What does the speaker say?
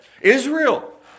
Israel